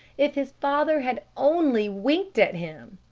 if his father had only winked at him!